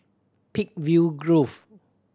Peakville Grove